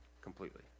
completely